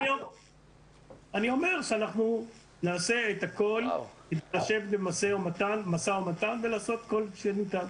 אני אומר שאנחנו נעשה את הכול לשבת במשא ומתן ולעשות כל שניתן.